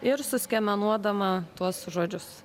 ir suskiemenuodama tuos žodžius